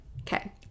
Okay